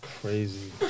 crazy